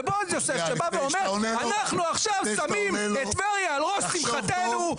בבועז יוסף שבא ואומר אנחנו עכשיו שמים את טבריה על ראש שמחתנו.